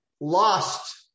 lost